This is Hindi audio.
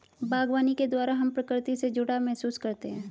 बागवानी के द्वारा हम प्रकृति से जुड़ाव महसूस करते हैं